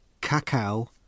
Cacao